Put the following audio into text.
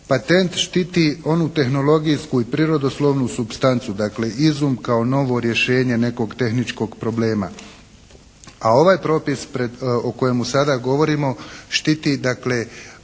Patent štiti onu tehnologijsku i prirodoslovnu supstancu, dakle izum kao novo rješenje nekog tehničkog problema, a ovaj propis o kojemu sada govorimo štiti dakle